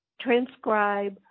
transcribe